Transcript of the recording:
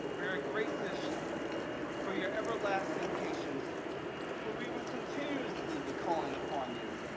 we are gracious for your everlasting patience for we will continuously be calling upon you.